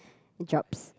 drops